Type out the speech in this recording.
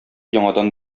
яңадан